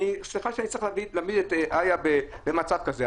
סליחה שאני צריך להגיד ולהעמיד את איה במצב כזה,